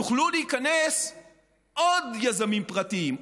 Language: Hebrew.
יוכלו להיכנס עוד יזמים פרטיים,